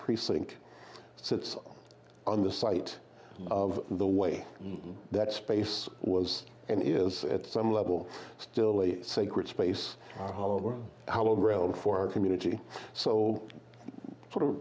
precinct sits on the site of the way that space was and is at some level still a sacred space for our community so sort of